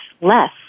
less